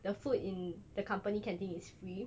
the food in the company canteen is free